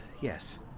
Yes